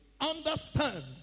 understand